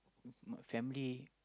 family